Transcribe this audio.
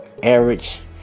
average